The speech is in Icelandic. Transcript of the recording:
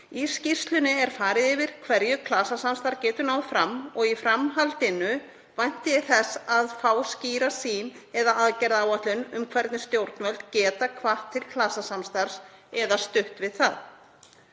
Í skýrslunni er farið yfir hverju klasasamstarf geti náð fram. Í framhaldinu vænti ég þess að fá skýra sýn eða aðgerðaáætlun um hvernig stjórnvöld geti hvatt til klasasamstarfs eða stutt við það.